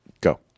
Go